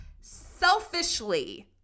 Selfishly